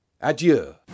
Adieu